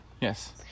Yes